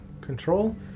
control